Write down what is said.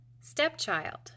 Stepchild